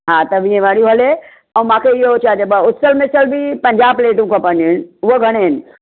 हा त वीह वारियूं हले ऐं मा त इहो छा चइबो आहे उसलु मिसलु बि पंजाहु प्लेटूं खपंदियूं आहिनि उहे घणे आहिनि